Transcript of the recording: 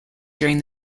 during